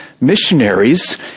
missionaries